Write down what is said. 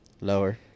lower